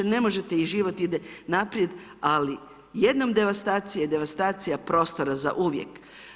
NE možete i život ide naprijed, ali jednom devastacija je devastacija prostora zauvijek.